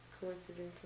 coincidental